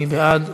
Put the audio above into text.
מי בעד?